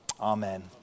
amen